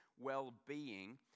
well-being